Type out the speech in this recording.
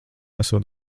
esot